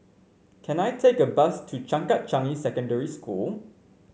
can I take a bus to Changkat Changi Secondary School